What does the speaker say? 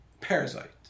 Parasite